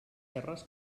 serres